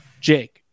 Jake